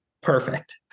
Perfect